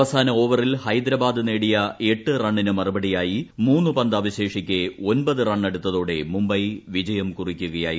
അവസാന ഓവറിൽ ഹൈദരാബാദ് നേടിയു എട്ട് റണ്ണിന് മറുപടിയായി മൂന്ന് പന്ത് അവശേഷിക്കെ ഒൻപത് റണ്ണെടുത്ത്തോടെ മുംബൈ വിജയം കുറിക്കുകയായിരുന്നു